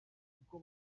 uko